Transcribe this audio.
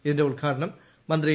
ഇതിന്റെ ഉദ്ഘാടനം മന്ത്രി എ